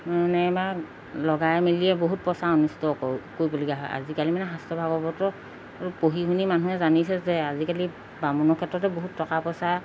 মানে বা লগাই মেলিয়ে বহুত পইচা অনিষ্ট কৰো কৰিবলগীয়া হয় আজিকালি মানে শস্ত্ৰ ভাগৱত পঢ়ি শুনি মানুহে জানিছে যে আজিকালি বামুণৰ ক্ষেত্ৰতে বহুত টকা পইচা